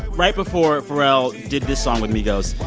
right before pharrell did this song with migos,